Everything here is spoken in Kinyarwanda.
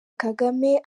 kagame